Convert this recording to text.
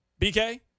BK